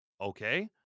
okay